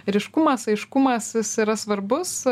ryškumas aiškumas jis yra svarbus